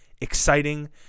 exciting